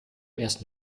ersten